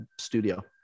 studio